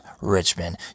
Richmond